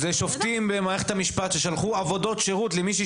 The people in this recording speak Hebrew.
אלה שופטים במערכת המשפט ששלחו לעבודות שירות מישהי